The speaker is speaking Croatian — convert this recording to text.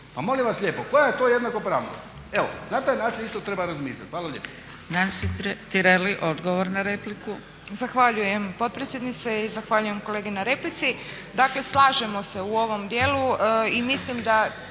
Pa molim vas lijepo! Koja je to jednakopravnost? Evo, na taj način isto treba razmišljati. Hvala lijepa.